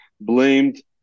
blamed